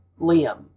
Liam